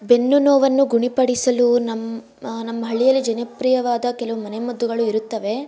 ಬೆನ್ನು ನೋವನ್ನು ಗುಣಿಪಡಿಸಲು ನಮ್ಮ ನಮ್ಮ ಹಳ್ಳಿಯಲ್ಲಿ ಜನಪ್ರೀಯವಾದ ಕೆಲವು ಮನೆಮದ್ದುಗಳು ಇರುತ್ತವೆ